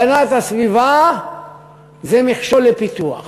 הגנת הסביבה זה מכשול לפיתוח,